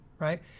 Right